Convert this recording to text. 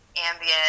ambient